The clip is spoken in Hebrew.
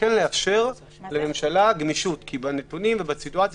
לאפשר לממשלה גמישות כי בנתונים ובסיטואציה